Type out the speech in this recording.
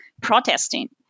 protesting